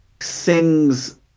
sings